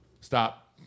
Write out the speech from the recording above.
Stop